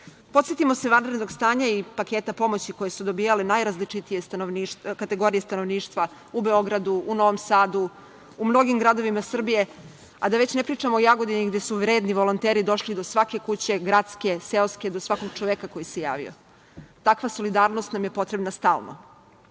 izolaciji. Podsetimo se vanrednog stanja i paketa pomoći koje su dobijale najrazličitije kategorije stanovništva u Beogradu, u Novom Sadu, u mnogim gradovima Srbije, a da već ne pričamo o Jagodini gde su vredni volonteri došli do svake kuće, gradske, seoske, svakog čoveka koji se javio. Takva solidarnost nam je potrebna stalno. Naš